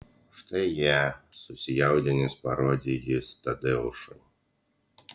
štai jie susijaudinęs parodė jis tadeušui